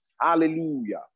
Hallelujah